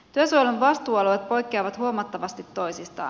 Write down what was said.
työsuojelun vastuualueet poikkeavat huomattavasti toisistaan